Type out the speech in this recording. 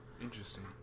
Interesting